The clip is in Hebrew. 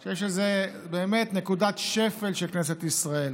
אני חושב שזו באמת נקודת שפל של כנסת ישראל.